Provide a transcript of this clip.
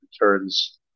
returns